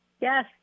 Yes